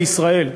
בישראל,